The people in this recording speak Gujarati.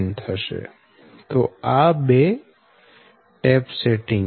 90 તો આ બે ટેપ સેટિંગ છે